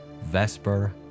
Vesper